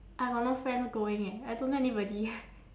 I got no friends going eh I don't know anybody